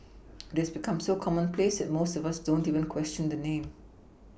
this become so commonplace that most of us don't even question the name